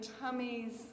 tummies